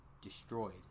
destroyed